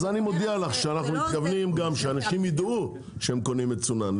אז אני מודיע לך שאנחנו מתכוונים שאנשים ידעו שהם קונים מצונן.